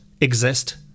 exist